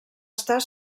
estar